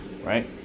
Right